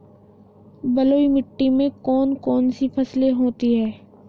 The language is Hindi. बलुई मिट्टी में कौन कौन सी फसलें होती हैं?